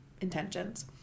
intentions